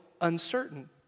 uncertain